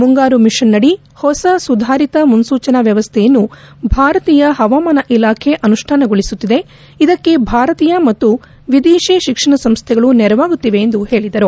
ಮುಂಗಾರು ಮಿಷನ್ನಡಿ ಹೊಸ ಸುಧಾರಿತ ಮುನ್ನೂಚನಾ ವ್ಯವಸ್ವೆಯನ್ನು ಭಾರತೀಯ ಹವಾಮಾನ ಇಲಾಖೆ ಅನುಷ್ಠಾನ ಗೊಳಿಸುತ್ತಿದೆ ಇದಕ್ಕೆ ಭಾರತೀಯ ಮತ್ತು ವಿದೇಶಿ ಶಿಕ್ಷಣ ಸಂಸ್ಥೆಗಳು ನೆರವಾಗುತ್ತಿವೆ ಎಂದು ಹೇಳಿದರು